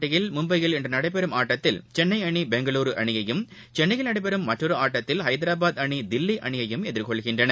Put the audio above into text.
போட்டியில் மும்பையில் இன்றுநடைபெறும் ஜபிஎல் ஆட்டத்தில் சென்னைஅணி பெங்களூருஅணியையும் சென்னையில் நடைபெறும் மற்றொருஆட்டத்தில் ஹைதராபாத் அணி தில்லிஅணியையும் எதிர்கொள்கின்றன